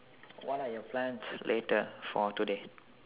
what are your plans later for today